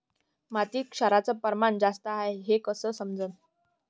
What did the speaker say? मातीत क्षाराचं प्रमान जास्त हाये हे कस समजन?